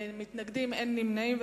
ואין נמנעים.